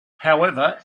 however